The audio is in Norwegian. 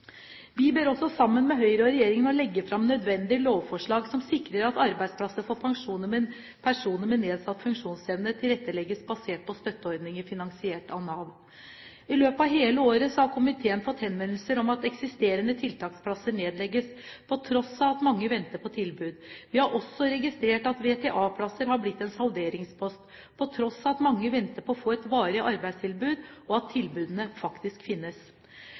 Vi ber også – sammen med Kristelig Folkeparti – regjeringen legge fram nødvendige lovforslag som sikrer at arbeidsplasser for personer med nedsatt funksjonsevne tilrettelegges basert på støtteordninger finansiert av Nav. I løpet av hele året har komiteen fått henvendelser om at eksisterende tiltaksplasser nedlegges, på tross av at mange venter på tilbud. Vi har også registrert at VTA-plasser har blitt en salderingspost, på tross av at mange venter på å få et varig arbeidstilbud, og at tilbudene faktisk finnes.